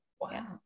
Wow